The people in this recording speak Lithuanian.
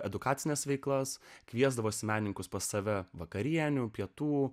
edukacines veiklas kviesdavosi menininkus pas save vakarienių pietų